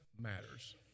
matters